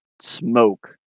smoke